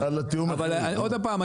אבל עוד פעם,